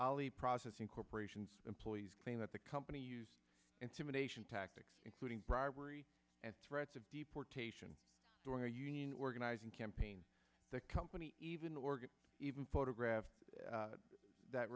alley processing corporations employees claim that the company used intimidation tactics including bribery and threats of deportation their union organizing campaign the company even organs even photographs that